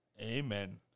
Amen